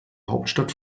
hauptstadt